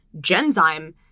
Genzyme